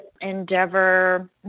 Endeavor